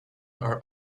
are